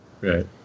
Right